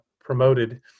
promoted